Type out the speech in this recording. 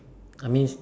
I mean